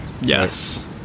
yes